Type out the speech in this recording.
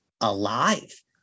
alive